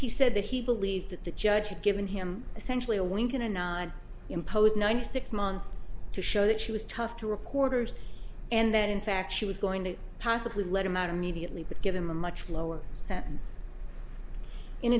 he said that he believed that the judge had given him essentially a wink and a nod imposed ninety six months to show that she was tough to reporters and that in fact she was going to possibly let him out immediately but give him a much lower